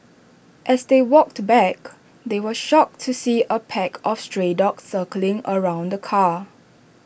as they walked back they were shocked to see A pack of stray dogs circling around the car